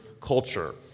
culture